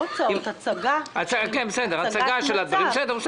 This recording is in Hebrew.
צורת ההצגה של הדברים.